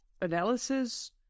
analysis